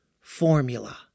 formula